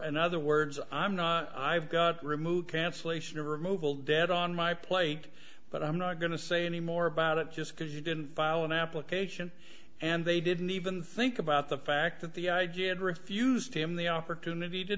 in other words i'm not removed cancellation removal dead on my plate but i'm not going to say any more about it just because you didn't file an application and they didn't even think about the fact that the idea and refused him the opportunity to